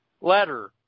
letter